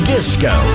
Disco